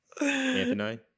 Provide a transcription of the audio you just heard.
Anthony